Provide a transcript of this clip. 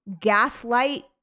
Gaslight